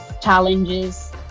challenges